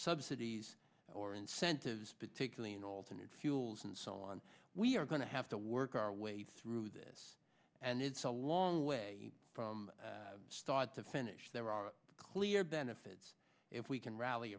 subsidies or incentives particularly in alternate fuels and so on we are going to have to work our way through this and it's a long way from start to finish there are clear benefits if we can rally